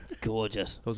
Gorgeous